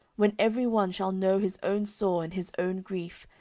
when every one shall know his own sore and his own grief,